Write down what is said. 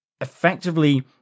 effectively